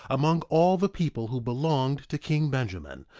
among all the people who belonged to king benjamin,